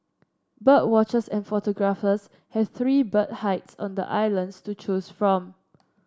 bird watchers and photographers have three bird hides on the island to choose from